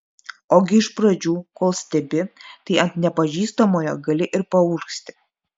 ogi iš pradžių kol stebi tai ant nepažįstamojo gali ir paurgzti